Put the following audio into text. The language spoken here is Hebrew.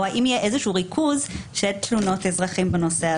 או האם יהיה איזה שהוא ריכוז של תלונות אזרחים בנושא הזה.